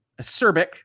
acerbic